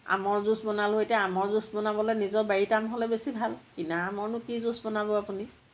আমৰ জুচ বনালোঁ এতিয়া আমৰ জুচ বনাবলে নিজৰ বাৰীতে আম হ'লে বেছি ভাল কিনা আমৰনো কি জুচ বনাব আপুনি